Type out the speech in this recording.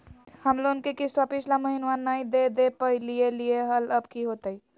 हम लोन के किस्तवा पिछला महिनवा नई दे दे पई लिए लिए हल, अब की होतई?